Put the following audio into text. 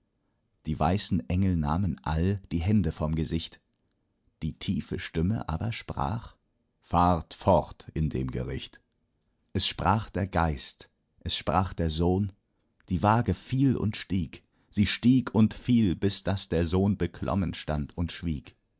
die weißen engel nahmen all die hände vom gesicht die tiefe stimme aber sprach fahrt fort in dem gericht es sprach der geist es sprach der sohn die wage fiel und stieg sie stieg und fiel bis daß der sohn beklommen stand und schwieg